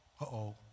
Uh-oh